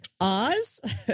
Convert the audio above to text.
Oz